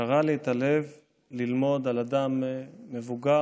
קרע לי את הלב ללמוד על אדם מבוגר